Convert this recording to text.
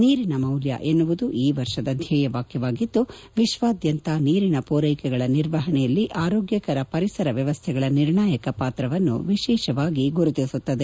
ನೀರಿನ ಮೌಲ್ಯ ಎನ್ನುವುದು ಈ ವರ್ಷದ ಧ್ಯೇಯ ವಾಕ್ಯವಾಗಿದ್ದು ವಿಶ್ವಾದ್ಯಂತ ನೀರಿನ ಪೂರೈಕೆಗಳ ನಿರ್ವಹಣೆಯಲ್ಲಿ ಆರೋಗ್ಯಕರ ಪರಿಸರ ವ್ಯವಸ್ಥೆಗಳ ನಿರ್ಣಾಯಕ ಪಾತ್ರವನ್ನು ವಿಶೇಷವಾಗಿ ಗುರುತಿಸುತ್ತದೆ